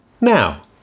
Now